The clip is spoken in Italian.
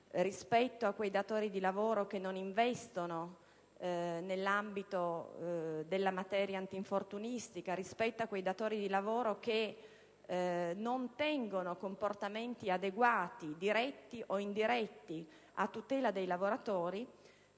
rispetto a quei datori di lavoro che non investono nell'ambito della materia antinfortunistica e che non tengono comportamenti adeguati, diretti o indiretti, a tutela dei lavoratori.